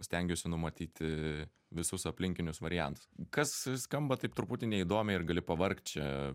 stengiuosi numatyti visus aplinkinius variantus kas skamba taip truputį neįdomiai ir gali pavargt čia